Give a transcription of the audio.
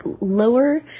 lower